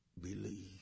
believe